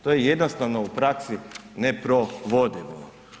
To je jednostavno u praksi neprovodivo.